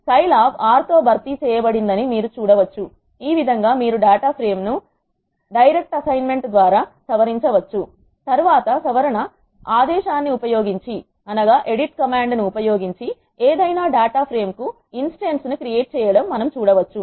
సై lab R తో భర్తీ చేయబడిందని మీరు చూడవచ్చు ఈ విధంగా మీరు డేటా ప్రేమ్ ను డైరెక్ట్ అసైన్మెంట్ ద్వారా సవరించవచ్చు తరువాత సవరణ ఆదేశాన్ని ఉపయోగించి ఏదైనా డాటా ప్రేమ్ కు ఇన్స్టాన్స్ ను క్రియేట్ చేయడం మనం చూడవచ్చు